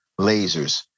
lasers